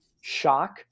shock